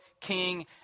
king